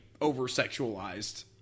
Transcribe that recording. over-sexualized